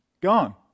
gone